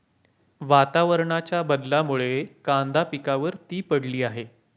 वातावरणाच्या बदलामुळे कांदा पिकावर ती पडली आहे